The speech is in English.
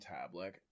tablet